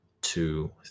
two